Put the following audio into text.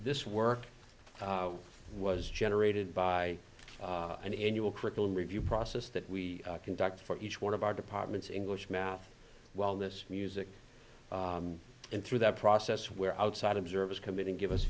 this work was generated by an annual curriculum review process that we conduct for each one of our departments english math wellness music and through that process where outside observers commit and give us